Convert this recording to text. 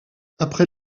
après